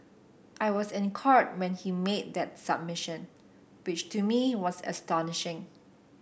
I was in Court when he made that submission which to me was astonishing